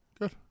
Good